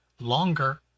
longer